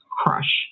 crushed